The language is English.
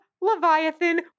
Leviathan